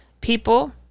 People